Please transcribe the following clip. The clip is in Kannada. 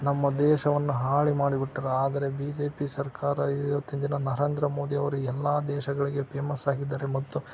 ನಮ್ಮ ದೇಶವನ್ನು ಹಾಳು ಮಾಡಿಬಿಟ್ಟರು ಆದರೆ ಬಿ ಜೆ ಪಿ ಸರ್ಕಾರ ಇವತ್ತಿನ ದಿನ ನರೇಂದ್ರ ಮೋದಿಯವ್ರು ಎಲ್ಲ ದೇಶಗಳಿಗೆ ಪೇಮಸ್ ಆಗಿದ್ದಾರೆ ಮತ್ತು